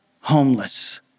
Homeless